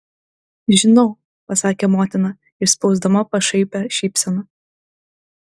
žinau pasakė motina išspausdama pašaipią šypseną